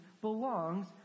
belongs